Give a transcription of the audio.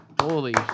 Holy